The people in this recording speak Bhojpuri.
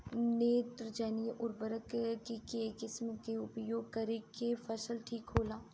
नेत्रजनीय उर्वरक के केय किस्त मे उपयोग करे से फसल ठीक होला?